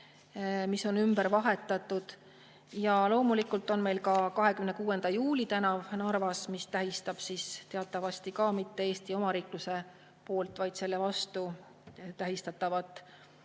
nimi on ümber vahetatud. Ja loomulikult on meil ka 26. juuli tänav Narvas, mis tähistab teatavasti mitte Eesti omariikluse tähtpäeva, vaid selle vastu võitlemise